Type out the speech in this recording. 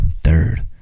Third